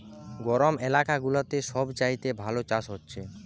গরম এলাকা গুলাতে সব চাইতে ভালো চাষ হচ্ছে